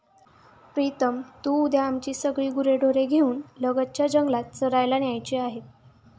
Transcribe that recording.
प्रीतम तू उद्या आमची सगळी गुरेढोरे घेऊन लगतच्या जंगलात चरायला न्यायची आहेत